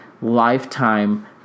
lifetime